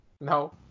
No